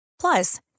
Plus